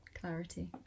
Clarity